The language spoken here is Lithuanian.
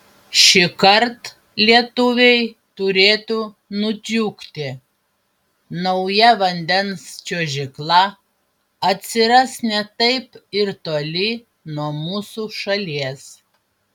šįkart lietuviai turėtų nudžiugti nauja vandens čiuožykla atsiras ne taip ir toli nuo mūsų šalies